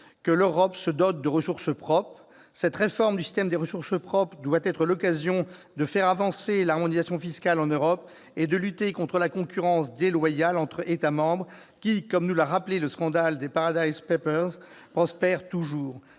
que l'Europe se dote de ressources propres. Cette réforme du système des ressources propres doit être l'occasion de faire avancer l'harmonisation fiscale en Europe et de lutter contre la concurrence déloyale entre États membres qui, le scandale des « Paradise papers » nous